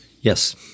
Yes